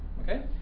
Okay